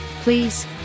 Please